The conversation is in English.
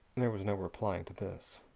there was no replying to this,